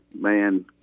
Man